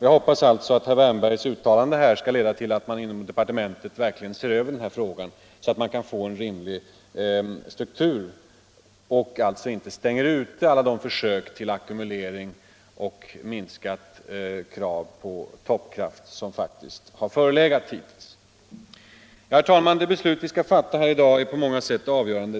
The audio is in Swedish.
Jag hoppas att herr Wärnbergs uttalande skall leda till att man inom departementet ser över den här frågan så att man får en rimlig struktur och inte stänger ute alla de försök till ackumulering och minskade krav på toppkraft som faktiskt förelegat hittills. Herr talman! Det beslut vi skall fatta här i dag är på många sätt avgörande.